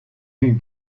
une